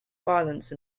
violence